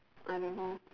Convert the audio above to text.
I don't know